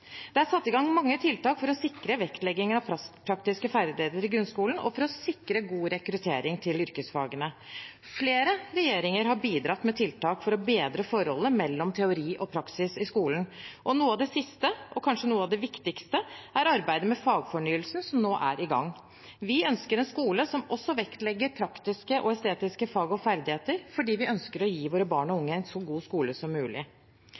Det er satt i gang mange tiltak for å sikre vektleggingen av praktiske ferdigheter i grunnskolen og for å sikre god rekruttering til yrkesfagene. Flere regjeringer har bidratt med tiltak for å bedre forholdet mellom teori og praksis i skolen, og noe av det siste, og kanskje noe av det viktigste, er arbeidet med fagfornyelsen, som nå er i gang. Vi ønsker en skole som også vektlegger praktiske og estetiske fag og ferdigheter, fordi vi ønsker å gi våre barn og unge en så god skole som mulig.